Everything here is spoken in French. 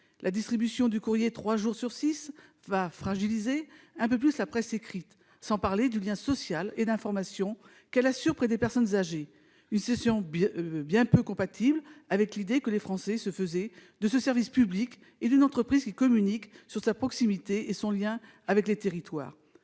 La distribution du courrier trois jours sur six fragilisera un peu plus la presse écrite, sans parler du lien social et d'information qu'elle assure auprès des personnes âgées. Une telle situation est bien peu compatible avec l'idée que les Français se faisaient de ce service public et d'une entreprise qui communique sur sa proximité et son lien avec les territoires.